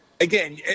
again